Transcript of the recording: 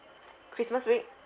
christmas week